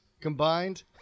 combined